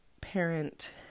parent